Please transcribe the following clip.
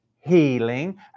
healing